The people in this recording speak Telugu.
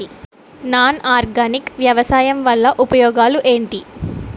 నాన్ ఆర్గానిక్ వ్యవసాయం వల్ల ఉపయోగాలు ఏంటీ?